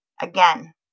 Again